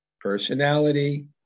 Personality